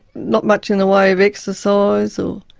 not much in the way of exercise or